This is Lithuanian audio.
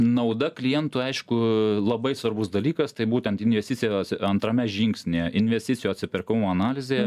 nauda klientui aišku labai svarbus dalykas tai būtent investicijos antrame žingsnyje investicijų atsiperkamumo analizėje